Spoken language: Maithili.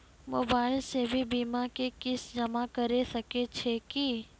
मोबाइल से भी बीमा के किस्त जमा करै सकैय छियै कि?